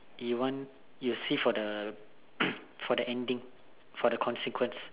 you want you see for the for the ending for the consequence